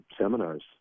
seminars